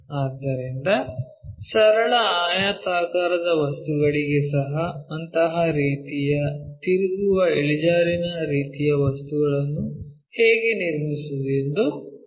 ಆದ್ದರಿಂದ ಸರಳ ಆಯತಾಕಾರದ ವಸ್ತುಗಳಿಗೆ ಸಹ ಅಂತಹ ರೀತಿಯ ತಿರುಗುವ ಇಳಿಜಾರಿನ ರೀತಿಯ ವಸ್ತುಗಳನ್ನು ಹೇಗೆ ನಿರ್ಮಿಸುವುದು ಎಂದು ಕಲಿಯೋಣ